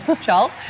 charles